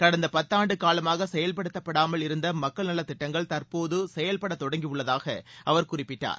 கடந்த பத்தாண்டு காலமாக செயல்படுத்தப்படாமல் இருந்த மக்கள் நல திட்டங்கள் தற்போது செயல்பட தொடங்கி உள்ளதாக அவர் குறிப்பிட்டார்